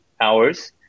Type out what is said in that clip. hours